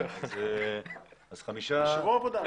זה שבוע עבודה.